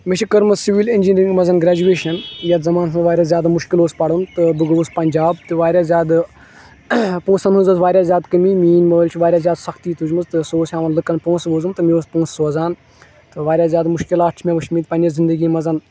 مےٚ چھِ کٔرمٕژ سِوَل اِنجینٔرِنٛگ منٛز گَریجوِیشَن یِتھ زَمانَس منٛز وارِیاہ زیادٕ مُشکِل اوس پَرُن تہٕ بہٕ گووُس پَنجاب تہِ وارِیاہ زیادٕ پۄنٛسَن ہٕنٛز ٲسۍ وارِیاہ زیادٕ کمی میٛٲنۍ مٲلۍ چھِ وارِیاہ زیادٕ سَختی تُجمٕژ تہٕ سُہ اوس ہیٚوان لوٗکَن پۄنٛسہٕ وۅزُم تہٕ مےٚ اوس پۄنٛسہٕ سوزان تہٕ وارِیاہ زیادٕ مُشکِلات چھِ مےٚ وُچھمٕتۍ پَنٕنہِ زِنٛدگی منٛز